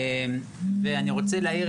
המוצא.